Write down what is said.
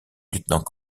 lieutenant